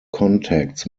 contacts